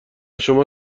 شما